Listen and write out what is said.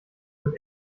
mit